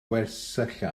gwersylla